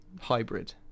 hybrid